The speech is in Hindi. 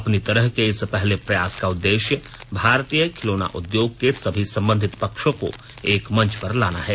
अपनी तरह के इस पहले प्रयास का उददेश्य भारतीय खिलौना उदयोग के सभी संबंधित पक्षों को एक मंच पर लाना है